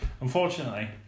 unfortunately